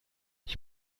ich